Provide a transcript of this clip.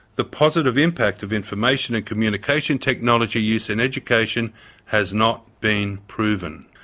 the positive impact of information and communication technology use in education has not been proven.